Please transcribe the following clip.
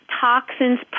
toxins